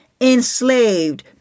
enslaved